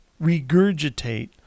regurgitate